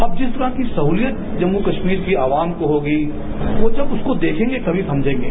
अब जिस तरह की सहलियत जम्मू कश्मीर की आवाम को होगी वो जब उसको देखंगे तभी समझेंगे